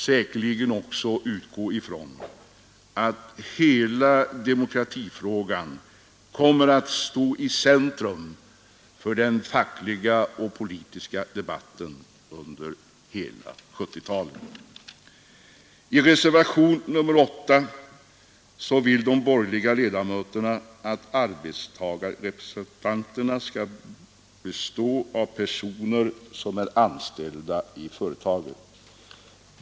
Säkerligen kan vi utgå ifrån att demokratifrågan kommer att stå i centrum för den fackliga och politiska debatten under hela 1970-talet. I reservationen nr 8 vill de borgerliga ledamöterna att arbetstagarrepresentanterna i bolagsstyrelserna skall vara anställda i företagen.